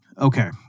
Okay